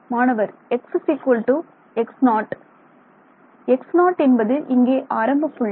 மாணவர் x x0 x0 என்பது இங்கே ஆரம்பப்புள்ளி